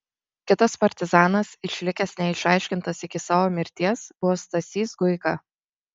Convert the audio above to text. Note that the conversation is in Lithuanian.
kitas partizanas išlikęs neišaiškintas iki savo mirties buvo stasys guiga